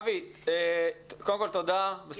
אם הן היו מתוקצבות, היו מופיעות לשחק בקבוצות.